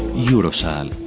eurosaal